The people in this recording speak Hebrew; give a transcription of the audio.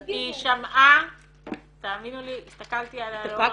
להגיד שאם ניקח אובייקטיבית את התקציב,